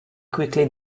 quickly